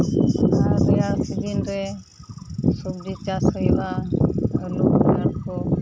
ᱨᱮᱭᱟᱲ ᱥᱤᱡᱤᱱᱨᱮ ᱥᱚᱵᱽᱡᱤ ᱪᱟᱥ ᱦᱩᱭᱩᱜᱼᱟ ᱟᱹᱞᱩ ᱵᱮᱸᱜᱟᱲᱠᱚ